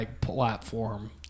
platform